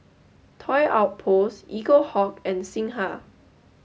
Toy Outpost Eaglehawk and Singha